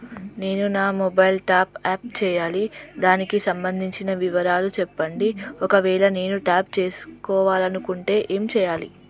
నేను నా mobile top up చేయాలి దానికి సంబంధించిన వివరాలు చెప్పండి ఒకవేళ నేను టాప్ చేసుకోవాలనుకుంటే ఏం చేయాలి?